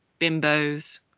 bimbos